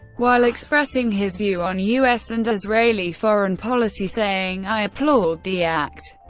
while expressing his view on u s. and israeli foreign policy, saying i applaud the act.